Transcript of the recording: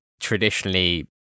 traditionally